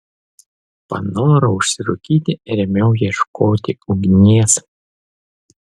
panorau užsirūkyti ir ėmiau ieškoti ugnies